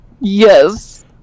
yes